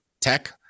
tech